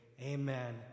amen